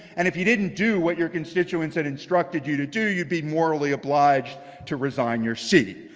and if you didn't do what your constituents had instructed you to do, you'd be morally obliged to resign your seat.